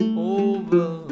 over